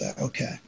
Okay